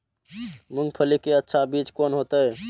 मूंगफली के अच्छा बीज कोन होते?